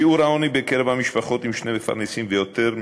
שיעור העוני בקרב המשפחות עם שני מפרנסים ויותר,